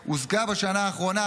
הושגה הסכמה בשנה האחרונה.